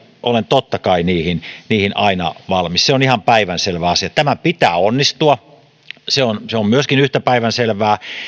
olen totta kai niihin aina valmis se on ihan päivänselvä asia tämän pitää onnistua se on se on myöskin yhtä päivänselvää